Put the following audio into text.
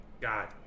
God